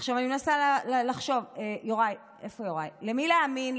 אני מנסה לחשוב, יוראי, איפה יוראי, למי להאמין?